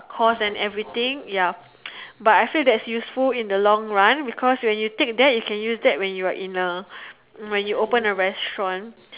course and everything ya but I feel that is useful in the long run because when you take that you can use that when you in a when you open a restaurant